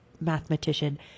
mathematician